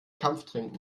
kampftrinken